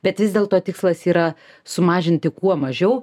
bet vis dėlto tikslas yra sumažinti kuo mažiau